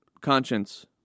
conscience